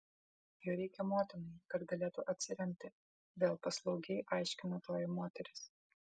jo reikia motinai kad galėtų atsiremti vėl paslaugiai aiškina toji moteris